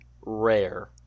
rare